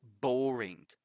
boring